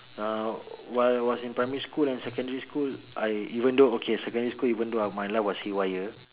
uh while I was in primary and secondary school I even though okay secondary school even though my life was in haywire